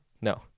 No